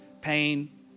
pain